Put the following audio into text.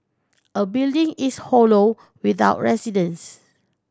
a building is hollow without residents